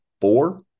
four